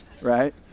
right